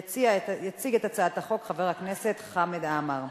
יציג את הצעת החוק חבר הכנסת חמד עמאר.